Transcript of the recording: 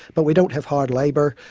but we don't have hard labour,